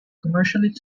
commercially